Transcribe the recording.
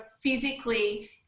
physically